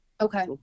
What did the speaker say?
Okay